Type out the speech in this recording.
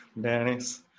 Dennis